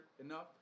enough